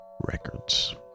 records